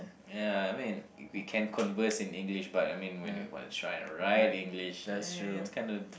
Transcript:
ya I mean we can converse in English but I mean when we wanna try and write English eh it's kinda